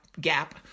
gap